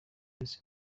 ndetse